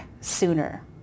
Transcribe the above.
sooner